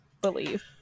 believe